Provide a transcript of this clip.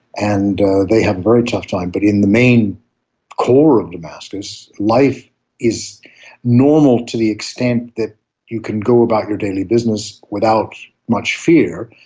and they have a very tough time. but in the main core of damascus, life is normal to the extent that you can go about your daily business without much fear,